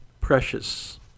precious